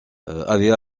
avait